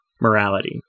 morality